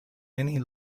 many